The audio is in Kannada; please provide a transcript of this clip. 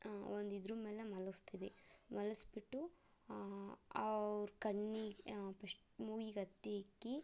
ಒಂದು ಇದರ ಮೇಲೆ ಮಲ್ಗಸ್ತೀವಿ ಮಲಗ್ಸ್ಬಿಟ್ಟು ಅವರ ಕಣ್ಣಿಗೆ ಫಷ್ಟ್ ಮೂಗಿಗೆ ಹತ್ತಿ ಇಕ್ಕಿ